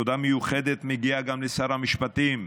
תודה מיוחדת מגיעה גם לשר המשפטים,